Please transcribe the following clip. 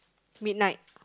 midnight